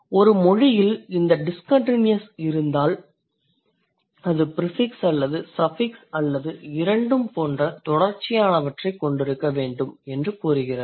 ஒரு மொழியில் இந்த டிஸ்கண்டின்யஸ் இருந்தால் அது ப்ரிஃபிக்ஸ் அல்லது சஃபிக்ஸ் அல்லது இரண்டும் போன்ற தொடர்ச்சியானவற்றைக் கொண்டிருக்க வேண்டும் என்று கூறுகிறது